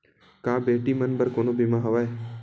का बेटी मन बर कोनो बीमा हवय?